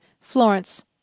Florence